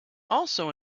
also